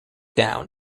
down